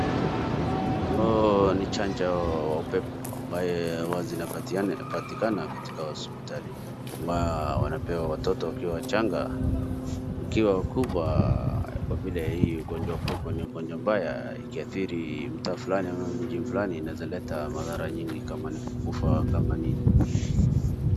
Hio ni chanjo ya pepo ambayo huwa zinapatikana katika hospitali, ambayo wanapea watoto wakiwa wachanga, wakiwa wakubwa kwa vile hii ugongwa wa pepo ni ugonjwa mbaya ikiathiri mtoto ama mji fulani inaweza leta madhara nyingi kama ni kukufa kama ni.